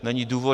Není důvod.